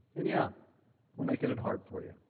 and yeah we are making it hard for you.